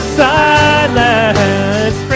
silence